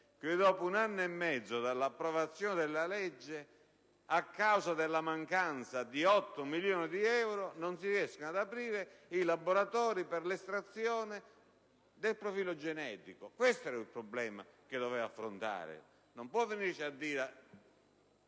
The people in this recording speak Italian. dopo un anno e mezzo dall'approvazione della legge, a causa della mancanza di 8 milioni di euro, non si riescono ad aprire i laboratori per l'estrazione del profilo genetico. Questo era il problema che doveva affrontare. Non può venirci a